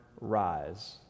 rise